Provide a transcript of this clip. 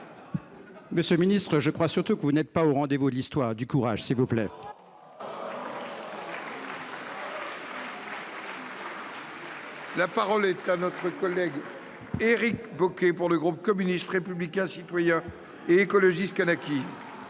Monsieur le ministre, je crois surtout que vous n’êtes pas au rendez vous de l’histoire. Du courage, s’il vous plaît ! La parole est à M. Éric Bocquet, pour le groupe Communiste Républicain Citoyen et Écologiste – Kanaky.